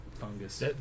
fungus